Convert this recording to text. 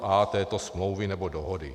A této smlouvy nebo dohody.